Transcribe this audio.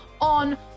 on